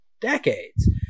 decades